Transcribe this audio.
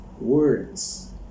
words